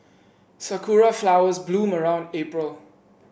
sakura flowers bloom around April